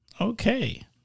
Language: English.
Okay